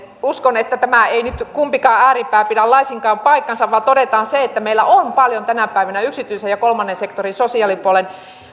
uskon että ei nyt kumpikaan ääripää pidä laisinkaan paikkaansa vaan todetaan se että meillä on paljon tänä päivänä yksityisen ja kolmannen sektorin sosiaalipuolen